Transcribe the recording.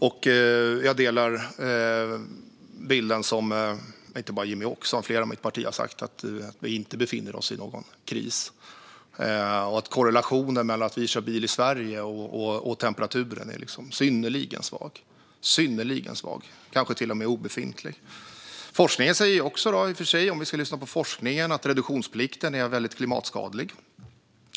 Jag instämmer i det som Jimmie Åkesson med flera i mitt parti har sagt om att vi inte befinner oss i en kris. Korrelationen mellan att vi kör bil i Sverige och temperaturen är synnerligen svag, kanske till och med obefintlig. Om vi ska lyssna på forskningen säger den att reduktionsplikten är väldigt klimatskadlig.